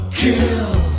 kill